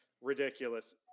Ridiculous